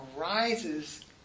arises